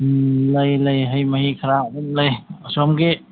ꯎꯝ ꯂꯩ ꯂꯩ ꯍꯩ ꯃꯍꯤ ꯈꯔ ꯑꯗꯨꯝ ꯂꯩ ꯑꯁꯣꯝꯒꯤ